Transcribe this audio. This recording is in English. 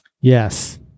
Yes